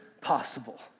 possible